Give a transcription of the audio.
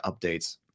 updates